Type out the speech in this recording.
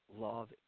love